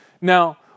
Now